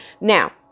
now